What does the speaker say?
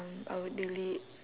um I would delete